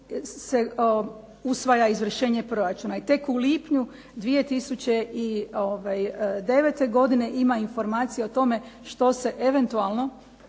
se usvaja izvršenje proračuna, i tek u lipnju 2009. godine ima informacija o tome što se eventualno